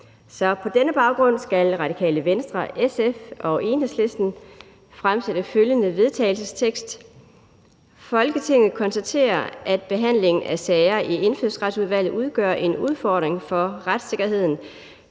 på denne baggrund skal Radikale Venstre, SF og Enhedslisten fremsætte følgende forslag til vedtagelse: Forslag til vedtagelse »Folketinget konstaterer, at behandlingen af sager i Indfødsretsudvalget udgør en udfordring for retssikkerheden,